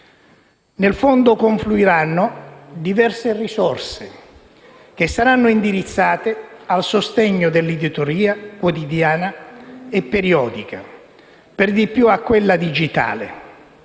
Nel Fondo confluiranno diverse risorse che saranno indirizzate al sostegno dell'editoria quotidiana e periodica, per di più a quella digitale: